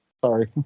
Sorry